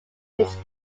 his